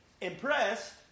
Impressed